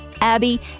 Abby